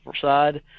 side